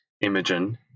Imogen